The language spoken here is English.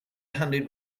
handed